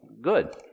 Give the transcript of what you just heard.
Good